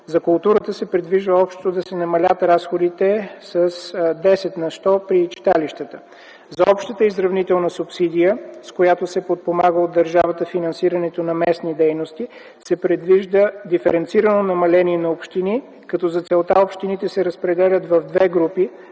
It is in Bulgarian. За културата се предвижда общо да се намалят разходите с 10 на сто при читалищата. За общата изравнителна субсидия, с която се подпомага от държавата финансирането на местните дейности, се предвижда диференцирано намаление по общини, като за целта общините се разпределят в две групи